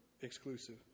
exclusive